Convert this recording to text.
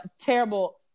terrible